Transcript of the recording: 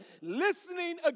Listening